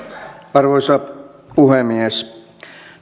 arvoisa puhemies